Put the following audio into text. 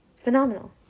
Phenomenal